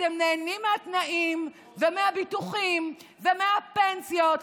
אתם נהנים מהתנאים ומהביטוחים ומהפנסיות.